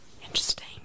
Interesting